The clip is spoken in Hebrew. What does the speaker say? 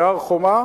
בהר-חומה,